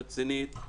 רצינית.